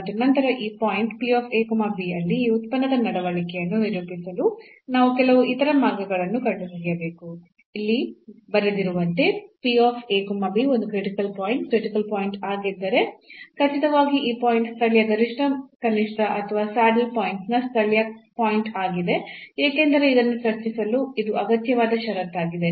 ಮತ್ತು ನಂತರ ಈ ಪಾಯಿಂಟ್ ಅಲ್ಲಿ ಈ ಉತ್ಪನ್ನದ ನಡವಳಿಕೆಯನ್ನು ನಿರೂಪಿಸಲು ನಾವು ಕೆಲವು ಇತರ ಮಾರ್ಗಗಳನ್ನು ಕಂಡುಹಿಡಿಯಬೇಕು ಇಲ್ಲಿ ಬರೆದಿರುವಂತೆ ಒಂದು ಕ್ರಿಟಿಕಲ್ ಪಾಯಿಂಟ್ ಆಗಿದ್ದರೆ ಖಚಿತವಾಗಿ ಈ ಪಾಯಿಂಟ್ ಸ್ಥಳೀಯ ಗರಿಷ್ಠ ಕನಿಷ್ಠ ಅಥವಾ ಸ್ಯಾಡಲ್ ಪಾಯಿಂಟ್ನ ಸ್ಥಳೀಯ ಪಾಯಿಂಟ್ ಆಗಿದೆ ಏಕೆಂದರೆ ಇದನ್ನು ಚರ್ಚಿಸಲು ಇದು ಅಗತ್ಯವಾದ ಷರತ್ತಾಗಿದೆ